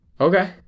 Okay